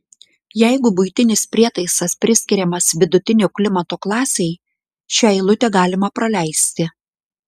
jeigu buitinis prietaisas priskiriamas vidutinio klimato klasei šią eilutę galima praleisti